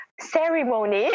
ceremony